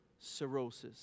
cirrhosis